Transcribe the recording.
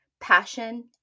passion